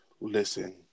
listen